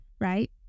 right